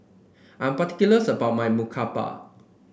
I'm particulars about my murtabak